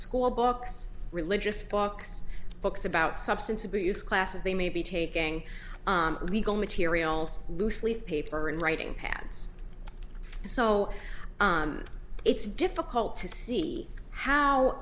school books religious books books about substance abuse classes they may be taking illegal materials loose leaf paper and writing pads so it's difficult to see how